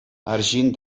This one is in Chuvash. арҫын